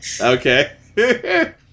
Okay